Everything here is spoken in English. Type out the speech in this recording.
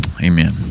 Amen